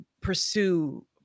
pursue